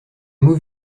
mot